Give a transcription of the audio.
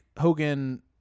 Hogan